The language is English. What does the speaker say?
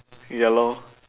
ya lor